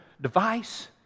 device